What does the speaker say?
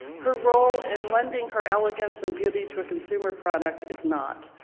her role in lending her elegance and beauty to a consumer product is not.